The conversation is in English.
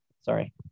Sorry